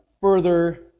further